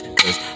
cause